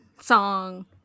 song